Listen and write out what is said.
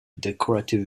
decorative